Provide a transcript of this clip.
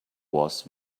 was